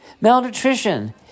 malnutrition